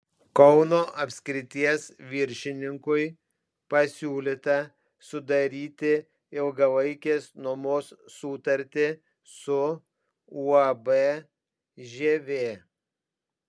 kauno apskrities viršininkui pasiūlyta sudaryti ilgalaikės nuomos sutartį su uab žievė